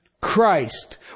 Christ